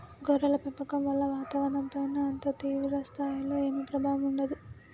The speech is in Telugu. గొర్రెల పెంపకం వల్ల వాతావరణంపైన అంత తీవ్ర స్థాయిలో ఏమీ ప్రభావం ఉండదు